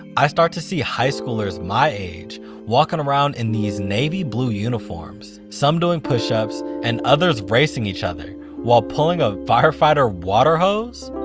i start to see high schoolers my age walking around in these navy blue uniforms, some doing pushups, and others racing each other while pulling a firefighter water hose!